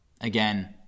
again